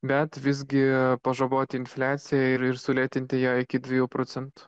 bet visgi pažabot infliaciją ir ir sulėtinti ją iki dviejų procentų